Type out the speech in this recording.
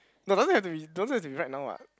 no don't have be don't have to be right now ah